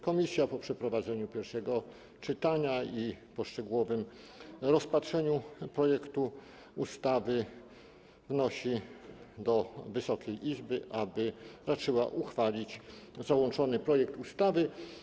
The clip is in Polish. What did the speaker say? Komisja po przeprowadzeniu pierwszego czytania i po szczegółowym rozpatrzeniu projektu ustawy wnosi, aby Wysoka Izba raczyła uchwalić załączony projekt ustawy.